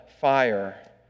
fire